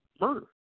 murder